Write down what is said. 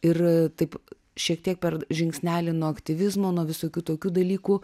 ir taip šiek tiek per žingsnelį nuo aktyvizmo nuo visokių tokių dalykų